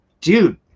dude